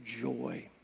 joy